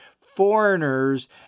foreigners